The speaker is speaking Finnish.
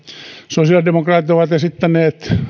sosiaalidemokraatit ovat esittäneet